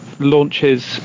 launches